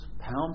Pound